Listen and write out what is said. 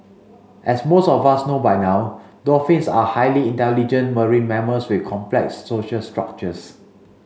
as most of us know by now dolphins are highly intelligent marine mammals with complex social structures